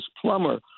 plumber